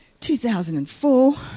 2004